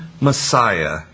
Messiah